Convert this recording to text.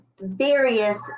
various